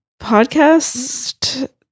podcast